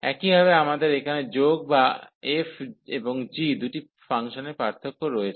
একইভাবে আমাদের এখানে যোগ বা f এবং g দুটি ফাংশনের পার্থক্য রয়েছে